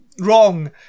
Wrong